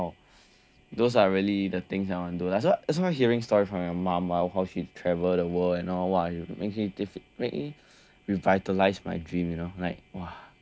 those are really the things I want do so that's why hearing stories from your mom how she travel the world and all !wah! make me revitalise my dreams you know like !wah!